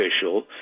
official